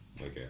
Okay